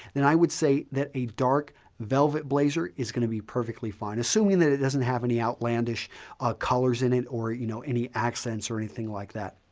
then i would say that a dark velvet blazer is going to be perfectly fine, assuming that it doesn't have any outlandish colors in it or you know any accents or anything like that.